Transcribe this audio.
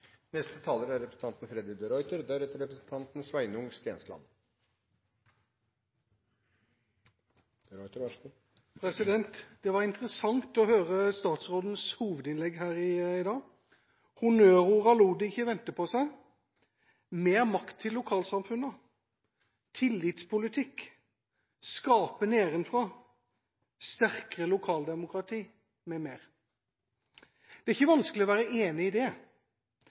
Det var interessant å høre statsrådens hovedinnlegg her i dag. Honnørordene lot ikke vente på seg: «mer makt til lokalsamfunnene», «tillitspolitikk», «skape nedenfra», «sterkere lokaldemokrati» m.m. Det er ikke vanskelig å være enig i det,